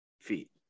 feet